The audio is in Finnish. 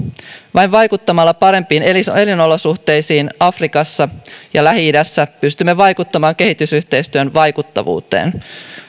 vain vaikuttamalla parempiin elinolosuhteisiin afrikassa ja lähi idässä pystymme vaikuttamaan kehitysyhteistyön vaikuttavuuteen